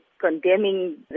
condemning